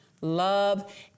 love